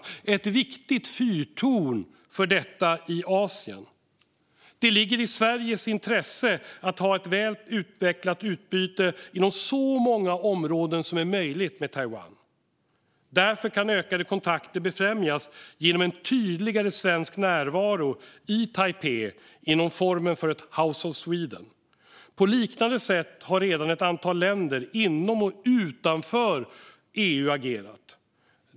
Det är ett viktigt fyrtorn för detta i Asien. Det ligger i Sveriges intresse att ha ett väl utvecklat utbyte med Taiwan inom så många områden som möjligt. Därför kan ökade kontakter befrämjas genom en tydligare svensk närvaro i Taipei inom formen för ett House of Sweden. På liknande sätt har redan ett antal länder inom och utanför EU agerat.